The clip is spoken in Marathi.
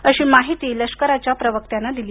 अशी माहिती लष्कराच्या प्रवक्त्यानं दिली